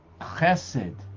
chesed